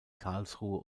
karlsruhe